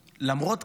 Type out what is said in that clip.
למרות כל